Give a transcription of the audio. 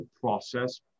process